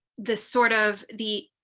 the sort of the,